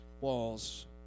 Walls